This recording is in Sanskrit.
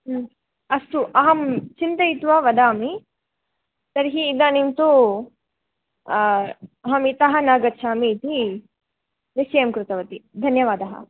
अस्तु अहं चिन्तयित्वा वदामि तर्हि इदानीं तु अहं इतः न गच्छामि इति निश्चयं कृतवती धन्यवादः